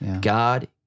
God